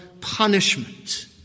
punishment